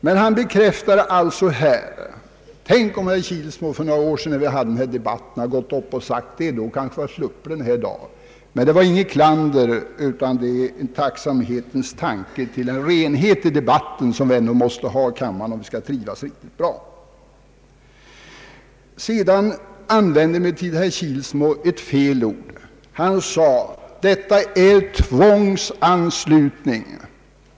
Tänk, om herr Kilsmo hade sagt detta för några år sedan, då hade vi kanske sluppit debatten i dag! Detta är inget klan der utan en tacksamhetens tanke om en renhet i debatten som vi måste ha i kammaren för att vi skall trivas riktigt bra. Herr Kilsmo använde emellertid fel ord. Han sade: Detta är tvångsanslutning.